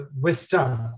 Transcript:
wisdom